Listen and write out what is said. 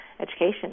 education